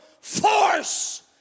force